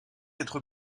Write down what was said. être